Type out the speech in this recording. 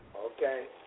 Okay